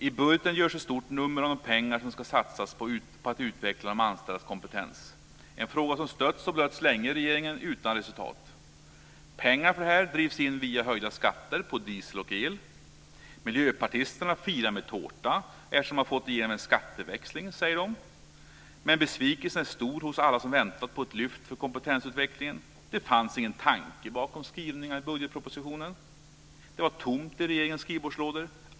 I budgeten görs ett stort nummer av de pengar som ska satsas på att utveckla de anställdas kompetens, en fråga som stötts och blötts länge i regeringen utan resultat. Pengarna för detta drivs in via höjda skatter på diesel och el. Miljöpartisterna firar med tårta eftersom de har fått igenom en skatteväxling, säger de. Men besvikelsen är stor hos alla som väntat på ett lyft för kompetensutvecklingen - det fanns ingen tanke bakom skrivningarna i budgetpropositionen. Det var tomt i regeringens skrivbordslådor.